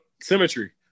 Symmetry